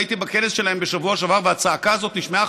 והייתי בכנס שלהם בשבוע שעבר והצעקה הזאת נשמעה